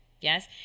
Yes